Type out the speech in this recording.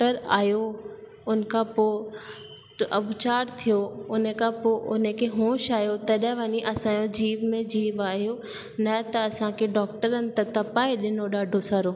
doctor आहियो उन खां पोइ त अवचार थियो उन खां पोइ उन खे होश आहियो तॾहिं वञी असांजो जीव में जीव आहियो न त असांखे डॉक्टरनि त तपाए ॾिनो ॾाढो सारो